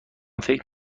فکر